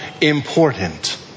important